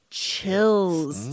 chills